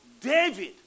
David